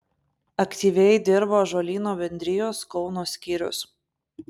aktyviai dirba ąžuolyno bendrijos kauno skyrius